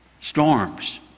storms